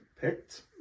picked